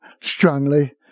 strongly